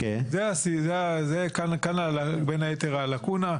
כאן בין היתר הלקונה.